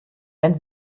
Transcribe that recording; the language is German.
wenn